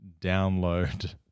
download